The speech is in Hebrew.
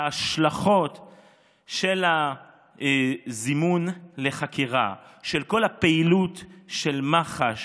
של הזימון לחקירה של כל הפעילות של מח"ש